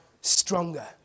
stronger